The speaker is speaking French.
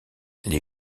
les